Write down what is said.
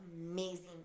amazing